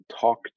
talk